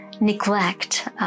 neglect